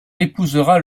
épousera